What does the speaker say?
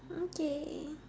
okay